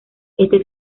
este